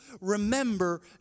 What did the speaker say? remember